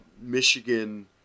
Michigan